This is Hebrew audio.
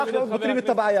כך פותרים את הבעיה.